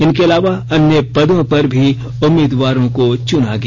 इनर्के अलावा अन्य पदों पर भी उम्मीदवारों को चुना गया